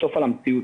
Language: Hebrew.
המציאות,